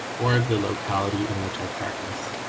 or of the locality in which i practise.